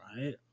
right